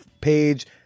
page